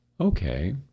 okay